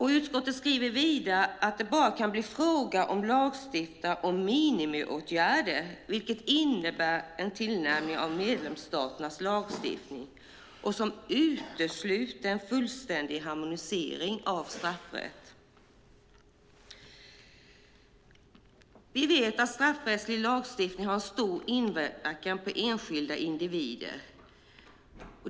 Utskottet skriver vidare att det bara kan bli fråga om att lagstifta om minimiåtgärder, vilket innebär en tillnärmning av medlemsstaternas lagstiftning som utesluter en fullständig harmonisering av straffrätten. Vi vet att straffrättslig lagstiftning har stor inverkan på enskilda individer.